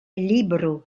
libro